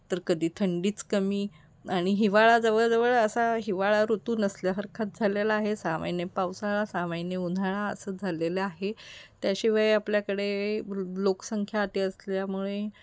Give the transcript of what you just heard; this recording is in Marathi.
तर कधी थंडीच कमी आणि हिवाळा जवळजवळ असा हिवाळा ऋतू नसल्यासारखाच झालेला आहे सहा महिने पावसाळा सहा महिने उन्हाळा असं झालेलं आहे त्याशिवाय आपल्याकडे लोकसंख्या अती असल्यामुळे